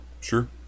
sure